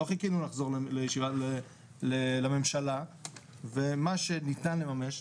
לא חיכינו לחזור לממשלה ומה שניתן לממש,